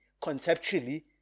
conceptually